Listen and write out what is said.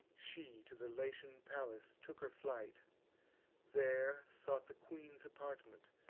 she to the latian palace took her flight there sought the queen's apartment,